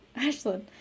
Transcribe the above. Ashlyn